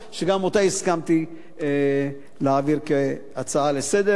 שגם אותה הסכמתי להעביר כהצעה לסדר-היום.